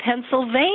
Pennsylvania